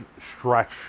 stretch